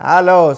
Hello